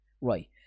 right